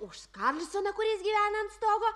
už karlsoną kuris gyvena ant stogo